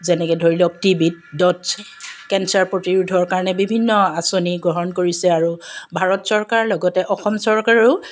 যেনেকৈ ধৰি লওক টিবিত ডটছ কেঞ্চাৰ প্ৰতিৰোধৰ কাৰণে বিভিন্ন আঁচনি গ্ৰহণ কৰিছে আৰু ভাৰত চৰকাৰ লগতে অসম চৰকাৰেও